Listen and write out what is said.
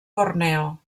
borneo